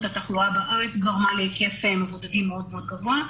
התחלואה בארץ גרמה להיקף מבודדים מאוד מאוד גבוה,